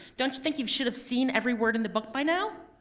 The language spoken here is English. don't you think you should have seen every word in the book by now?